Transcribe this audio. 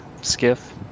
skiff